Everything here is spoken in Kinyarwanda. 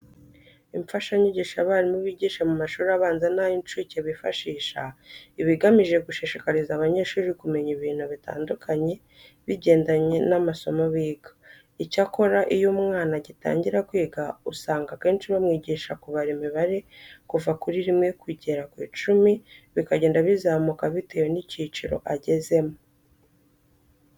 Imfashanyigisho abarimu bigisha mu mashuri abanza n'ay'incuke bifashisha iba igamije gushishikariza abanyeshuri kumenya ibintu bitandukanye bigendanye n'amasomo biga. Icyakora, iyo umwana agitangira kwiga usanga akenshi bamwigisha kubara imibare kuva kuri rimwe kugera ku icumi bikagenda bizamuka bitewe n'icyiciro agezemo.